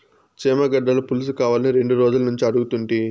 చేమగడ్డల పులుసుకావాలని రెండు రోజులనుంచి అడుగుతుంటి